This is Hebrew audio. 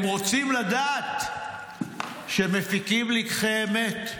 הם רוצים לדעת שמפיקים לקחי אמת.